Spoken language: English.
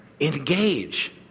engage